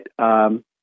right